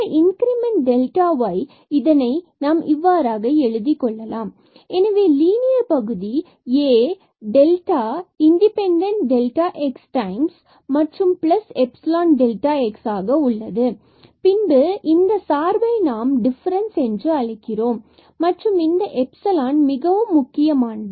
இந்த increment delta y இதை இவ்வாறாக எழுதிக் கொள்ளலாம் எனவே லீனியர் பகுதி A delta independent x times x ϵ x ஆக உள்ளது பின்பு இதனை இந்த சார்பை நாம் டிஃபரன்ஸ் என்று அழைக்கிறோம் மற்றும் இந்த எப்சிலான் மிகவும் முக்கியமானது